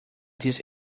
this